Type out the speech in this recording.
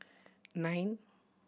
nine